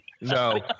no